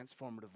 transformative